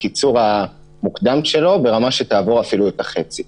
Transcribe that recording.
הקיצור המוקדם שלו ברמה שתעבור אפילו את החצי.